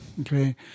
Okay